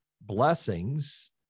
blessings